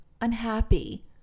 unhappy